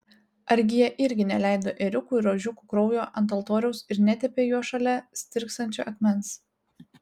argi jie irgi neleido ėriukų ir ožiukų kraujo ant altoriaus ir netepė juo šalia stirksančio akmens